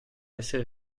essere